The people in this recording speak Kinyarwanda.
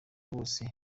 bose